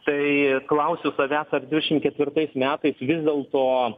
tai klausiu savęs ar dvidešim ketvirtais metais vis dėlto